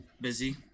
busy